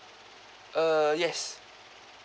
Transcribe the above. uh yes